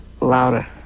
louder